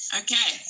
okay